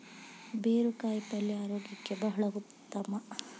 ಬೇರು ಕಾಯಿಪಲ್ಯ ಆರೋಗ್ಯಕ್ಕೆ ಬಹಳ ಉತ್ತಮ